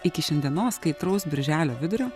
iki šiandienos kaitraus birželio vidurio